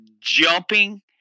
jumping